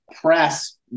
press